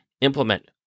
implement